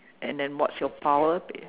and then what's your power